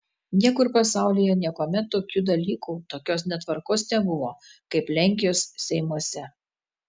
niekur pasaulyje niekuomet tokių dalykų tokios netvarkos nebuvo kaip lenkijos seimuose